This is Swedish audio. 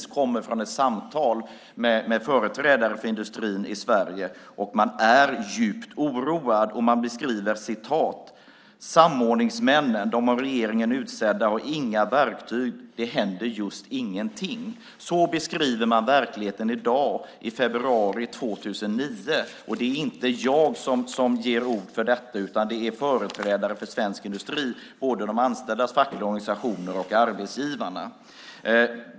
Jag kommer just från samtal med företrädare för industrin i Sverige, och de är djupt oroade. De säger att de av regeringen utsedda samordningsmännen inte har några verktyg, att just ingenting händer. Så beskriver de verkligheten i dag, i februari 2009. Det är inte jag som ger uttryck för detta utan företrädare för svensk industri, både de anställdas fackliga organisationer och arbetsgivarna.